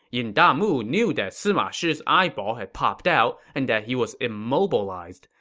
yin damu knew that sima shi's eyeball had popped out and that he was immobilized.